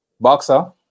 Boxer